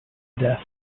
death